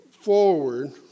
forward